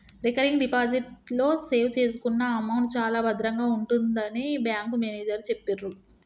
recurring deposit లో save చేసుకున్న amount చాలా భద్రంగా ఉంటుందని బ్యాంకు మేనేజరు చెప్పిర్రు